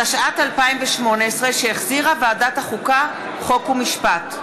התשע"ט 2018, שהחזירה ועדת החוקה, חוק ומשפט,